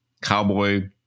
cowboy